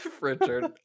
Richard